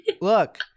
look